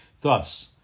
Thus